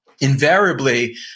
invariably